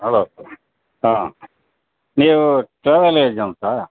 hello ಹಾಂ ನೀವು travel ಏಜೆನ್ಸಾ